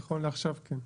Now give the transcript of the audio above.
נכון לעכשיו, כן.